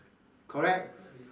correct